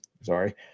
sorry